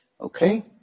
Okay